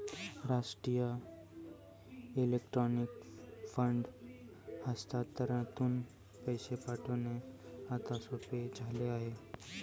राष्ट्रीय electronic fund हस्तांतरणातून पैसे पाठविणे आता सोपे झाले आहे